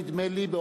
נדמה לי,